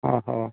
ହଁ ହଉ